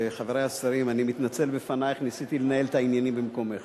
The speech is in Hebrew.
אתה הצבעת על חברת הכנסת שלי יחימוביץ